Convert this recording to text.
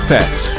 Pets